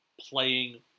playing